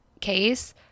case